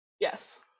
yes